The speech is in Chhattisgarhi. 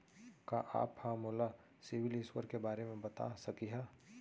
का आप हा मोला सिविल स्कोर के बारे मा बता सकिहा?